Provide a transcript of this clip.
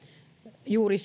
juuri